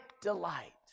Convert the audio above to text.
delight